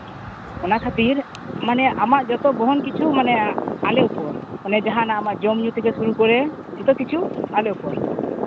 ᱚᱱᱟ ᱠᱷᱟᱹᱛᱤᱨ ᱢᱟᱱᱮ ᱟᱢᱟᱜ ᱡᱚᱛᱚ ᱵᱚᱦᱚᱱ ᱠᱤᱪᱷᱩ ᱢᱟᱱᱮ ᱟᱞᱮ ᱩᱯᱚᱨ ᱢᱟᱱᱮ ᱡᱟᱦᱟᱱᱟᱜ ᱟᱢᱟᱜ ᱡᱚᱢ ᱧᱩ ᱛᱷᱮᱠᱮ ᱥᱩᱨᱩ ᱠᱚᱨᱮ ᱡᱚᱛᱚ ᱠᱤᱪᱷᱩ ᱟᱞᱮ ᱩᱯᱚᱨ